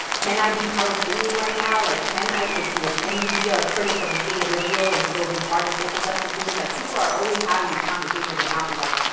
can i be palestinian right now? like, can i you know, can you be a critic of the state of israel and still be part of social justice movements? like, people are always having these conversations about me. like,